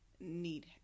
need